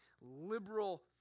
liberal